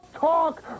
talk